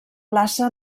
plaça